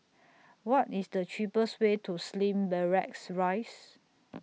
What IS The cheapest Way to Slim Barracks Rise